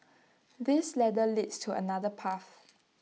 this ladder leads to another path